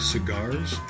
Cigars